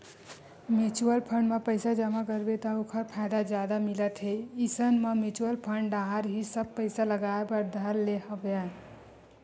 mutual fund म पइसा जमा करबे त ओखर फायदा जादा मिलत हे इसन म म्युचुअल फंड डाहर ही सब पइसा लगाय बर धर ले हवया